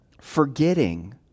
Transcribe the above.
forgetting